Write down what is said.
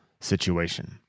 situation